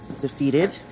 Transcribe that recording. defeated